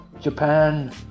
Japan